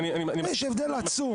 יש הבדל עצום.